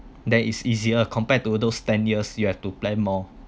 that is easier compared to those ten years you have to plan more